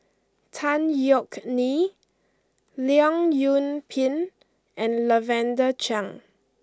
Tan Yeok Nee Leong Yoon Pin and Lavender Chang